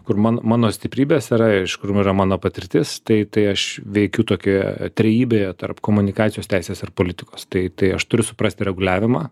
kur man mano stiprybės yra iš kur maža mano patirtis mano stiprybės yra iš kur yra mano patirtis tai tai aš veikiu tokioje trejybėje tarp komunikacijos teisės ir politikos tai tai aš turiu suprasti reguliavimą